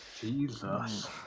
Jesus